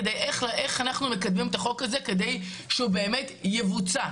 כדי להבין איך אנחנו מקדמים את החוק הזה כדי שהוא באמת יבוצע,